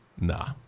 nah